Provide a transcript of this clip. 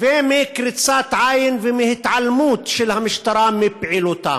ומקריצת עין ומהתעלמות של המשטרה מפעילותם.